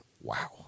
wow